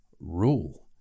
rule